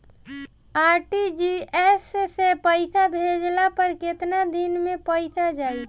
RTGS से पईसा भेजला पर केतना दिन मे पईसा जाई?